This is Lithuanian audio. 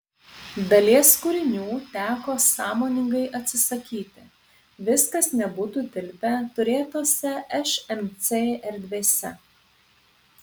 dalies kūrinių teko sąmoningai atsisakyti viskas nebūtų tilpę turėtose šmc erdvėse